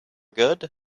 good